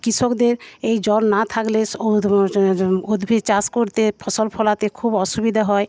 কৃষকদের এই জল না থাকলে উদ্ভিদ চাষ করতে ফসল ফলাতে খুব অসুবিধা হয়